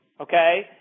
okay